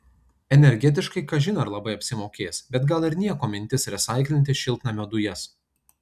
energetiškai kažin ar labai apsimokės bet gal ir nieko mintis resaiklinti šiltnamio dujas